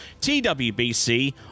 TWBC